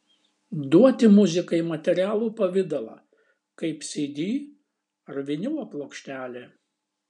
duoti muzikai materialų pavidalą kaip cd ar vinilo plokštelė